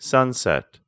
Sunset